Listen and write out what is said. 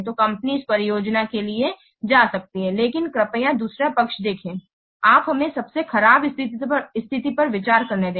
तो कंपनी इस परियोजना के लिए जा सकती है लेकिन कृपया दूसरा पक्ष देखें आप हमें सबसे खराब स्थिति पर विचार करने दें